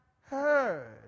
heard